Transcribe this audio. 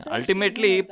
Ultimately